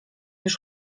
już